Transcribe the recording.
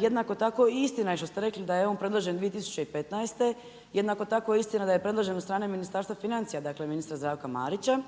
Jednako tako i istina je što ste rekli da je on predložen 2015. Jednako tako je istina da je predložen od strane Ministarstva financija, dakle ministra Zdravka Marića